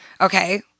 Okay